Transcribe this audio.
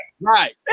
Right